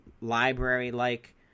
library-like